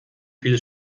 viele